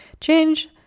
Change